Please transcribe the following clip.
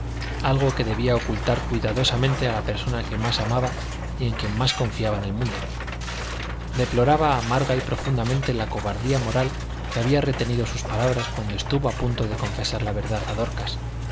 algo que debía ocultar cuidadosamente a la persona que más amaba y en quien más confiaba en el mundo deploraba amarga y profundamente la cobardía moral que había retenido sus palabras cuando estuvo a punto de confesar la verdad a dorcas